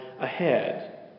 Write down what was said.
ahead